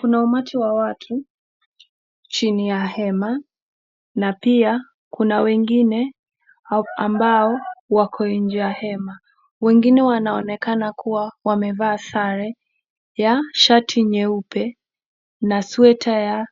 Kuna umati wa watu chini ya hema na pia kuna wengine ambao wako nje ya hema. Wengine wanaonekana kuwa wamevaa sare ya shati nyeupe na sweta ya